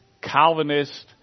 Calvinist